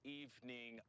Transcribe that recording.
evening